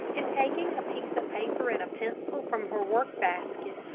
and, taking a piece of paper and a pencil from her work basket,